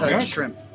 shrimp